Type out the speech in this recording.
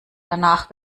danach